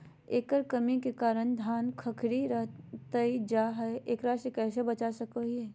केकर कमी के कारण धान खखड़ी रहतई जा है, एकरा से कैसे बचा सको हियय?